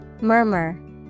Murmur